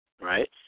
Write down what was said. right